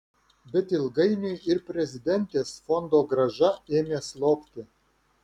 bet ilgainiui ir prezidentės fondogrąža ėmė slopti